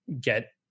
get